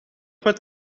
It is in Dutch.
met